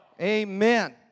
Amen